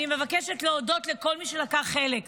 אני מבקשת להודות לכל מי שלקח חלק,